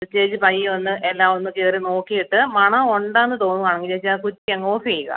ചേച്ചി പയ്യെ വന്ന് എല്ലാമൊന്ന് കയറി നോക്കിയിട്ട് മണമുണ്ടെന്ന് തോന്നുകയാണെങ്കിൽ ചേച്ചി ആ കുറ്റി അങ്ങ് ഓഫ് ചെയ്യുക